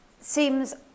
seems